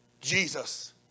Jesus